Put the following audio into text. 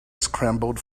scrambled